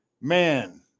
man